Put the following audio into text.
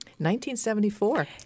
1974